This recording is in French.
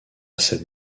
cette